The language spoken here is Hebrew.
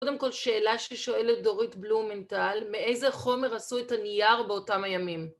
קודם כל, שאלה ששואלת דורית בלומנטל, מאיזה חומר עשו את הנייר באותם הימים?